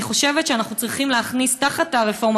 אני חושבת שאנחנו צריכים להכניס תחת הרפורמה